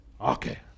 Okay